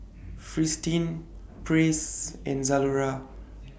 Fristine Praise and Zalora